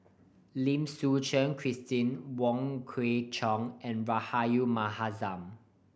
Lim Suchen Christine Wong Kwei Cheong and Rahayu Mahzam